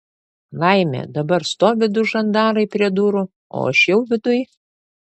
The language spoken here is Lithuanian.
laimė dabar stovi du žandarai prie durų o aš jau viduj